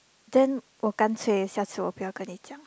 then 我干脆下次我不要跟你讲了